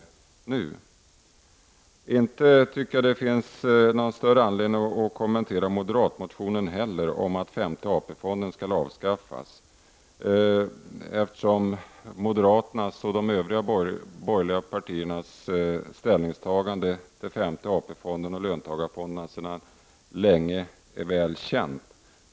Jag anser att det inte heller finns någon anledning att kommentera moderatmotionen om att femte AP-fonden skall avskaffas, eftersom moderaternas och de övriga borgerliga partiernas inställning till femte AP-fonden och löntagarfonderna sedan länge är väl känd.